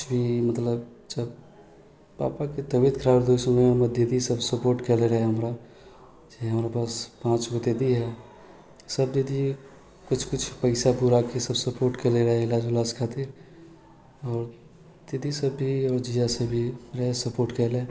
कुछ भी मतलब जब पापाके तबियत खराब रहै तऽ उ समयमे हमर दीदी सब सपोर्ट केले रहै हमरा जे हमरा पास पाँच गो दीदी है सब दीदी कुछ कुछ पैसा पूराके उसब सपोर्ट केले रहै इलाज उलाज खातिर आओर दीदी सब भी आओर जीजा सब भी रहै सपोर्ट कयले